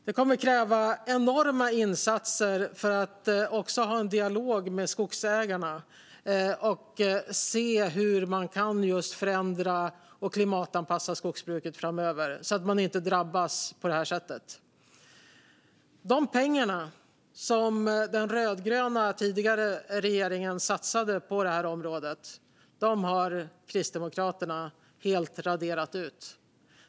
Det kommer också att krävas enorma insatser för att ha en dialog med skogsägarna och se hur man kan förändra och klimatanpassa skogsbruket framöver så att man inte drabbas på det här sättet. De pengar som den tidigare rödgröna regeringen satsade på det här området har Kristdemokraterna helt raderat ut.